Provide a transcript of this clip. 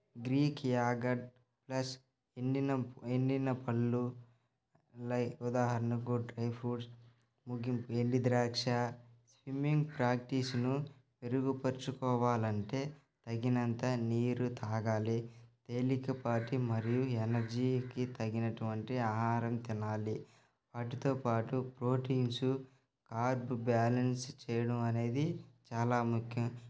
Greek yogurt plus ఎండిన ఎండిన పళ్ళు లైక్ ఉదాహరణకు డ్రై ఫ్రూట్స్ ముగింపు ఎండు ద్రాక్ష స్విమ్మింగ్ ప్రాక్టీస్ను మెరుగుపరుచుకోవాలంటే తగినంత నీరు తాగాలి తేలికపాటి మరియు ఎనర్జీకి తగినటువంటి ఆహారం తినాలి వాటితో పాటు ప్రోటీన్సు కార్బ్ బ్యాలెన్స్ చేయడం అనేది చాలా ముఖ్యం